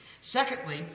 Secondly